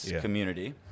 community